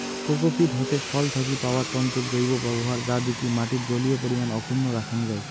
cocopeat হসে ফল থাকি পাওয়া তন্তুর জৈব ব্যবহার যা দিকি মাটির জলীয় পরিমান অক্ষুন্ন রাখাং যাই